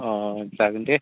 अ जागोन दे